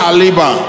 Aliba